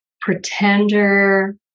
Pretender